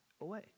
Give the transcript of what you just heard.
away